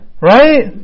Right